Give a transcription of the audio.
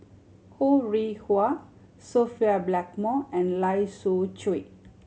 Ho Rih Hwa Sophia Blackmore and Lai Siu Chiu